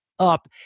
Up